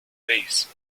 base